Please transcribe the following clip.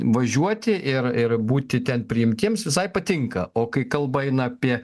važiuoti ir ir būti ten priimtiems visai patinka o kai kalba eina apie